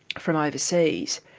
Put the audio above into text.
from overseas.